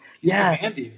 yes